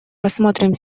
рассмотрим